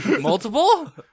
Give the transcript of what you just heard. Multiple